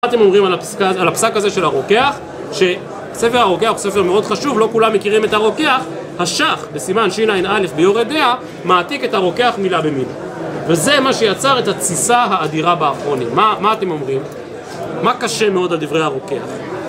מה אתם אומרים על הפסק הזה של הרוקח? שספר הרוקח הוא ספר מאוד חשוב, לא כולם מכירים את הרוקח השך, בסימן שיניין א' ביורדיה, מעתיק את הרוקח מילה במילה וזה מה שיצר את התסיסה האדירה באחרונים מה אתם אומרים? מה קשה מאוד על דברי הרוקח?